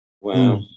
Wow